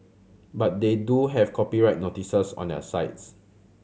but they do have copyright notices on their sites